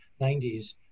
90s